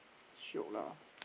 shiok lah